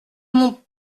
mon